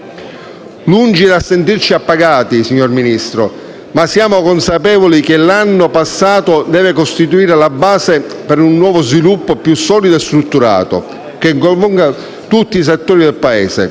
Lungi dal sentirci appagati, signor Ministro, siamo consapevoli che l'anno passato deve costituire la base per un nuovo sviluppo più solido e strutturato, che coinvolga tutti i settori del Paese.